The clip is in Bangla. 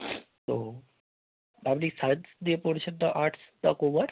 ও আপনি সাইন্স নিয়ে পড়ছেন তো আর্টস না কমার্স